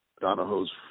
Donahoe's